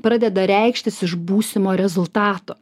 pradeda reikštis iš būsimo rezultato